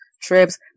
trips